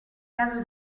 caso